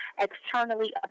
externally